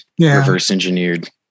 reverse-engineered